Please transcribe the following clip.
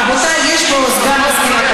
רבותי, יש פה סגן מזכירת הכנסת.